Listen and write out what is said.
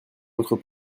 votre